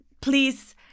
please